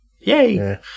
Yay